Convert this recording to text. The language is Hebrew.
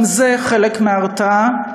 גם זה חלק מההרתעה,